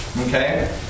okay